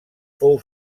fou